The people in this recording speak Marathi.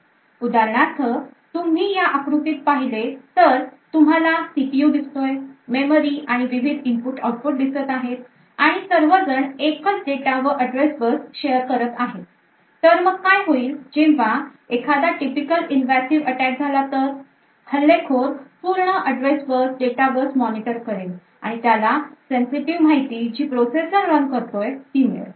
उदाहरणार्थ तुम्ही ह्या आकृतीत पाहिले तर तुम्हाला cpu दिसतोय मेमरी आणि विविध input output दिसत आहेत आणि सर्व जण एकच डेटा व address bus शेअर करत आहेत तर मग काय होईल जेव्हा एखादा typical invasive attack झाला तर हल्लेखोर पूर्ण address bus data bus moniter करेल आणि त्याला sensitive माहिती जी प्रोसेसर रन करतोय ती मिळेल